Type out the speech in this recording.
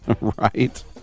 right